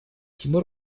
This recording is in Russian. тимур